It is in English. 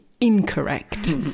incorrect